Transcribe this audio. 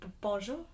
bonjour